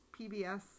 PBS